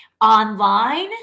online